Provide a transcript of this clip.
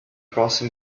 crossing